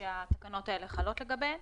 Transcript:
שהתקנות האלה חלות לגביהן.